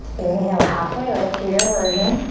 inhale, halfway lift, your your version.